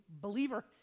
believer